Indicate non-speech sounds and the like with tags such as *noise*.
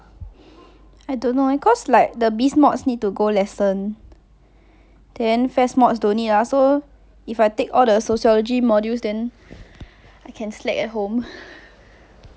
*breath* I don't know eh cause like the biz mods need to go lesson then F_A_S_S mods don't need lah so if I take all the sociology modules then I can slack at home